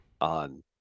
on